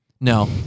no